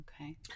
Okay